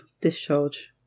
discharge